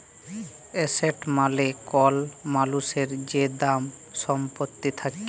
asset মালে কল মালুসের যে দামি ছম্পত্তি থ্যাকে